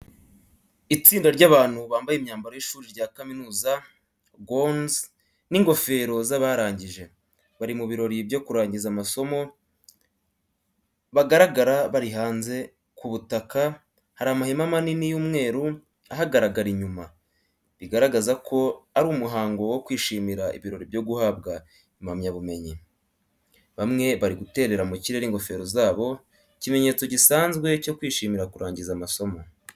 Itsinda ry’abantu bambaye imyambaro y’ishuri rya kaminuza (gowns) n’ingofero z’abarangije, bari mu birori byo kurangiza amasomo. Bagaragara bari hanze, ku butaka, hari amahema manini y’umweru ahagarara inyuma, bigaragaza ko ari mu muhango wo kwishimira ibirori byo guhabwa impamyabumenyi. Bamwe bari guterera mu kirere ingofero zabo, ikimenyetso gisanzwe cyo kwishimira kurangiza amasomo.